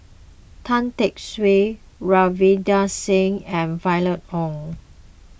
Tan Tee Suan Ravinder Singh and Violet Oon